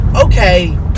okay